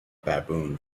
baboon